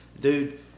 Dude